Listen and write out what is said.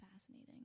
fascinating